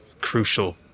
crucial